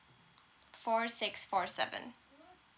four six four seven